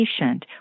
patient